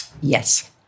Yes